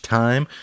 time